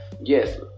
yes